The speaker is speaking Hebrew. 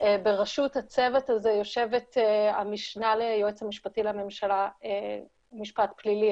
בראשות הצוות הזה יושבת המשנה ליועץ המשפטי לממשלה משפט פלילי,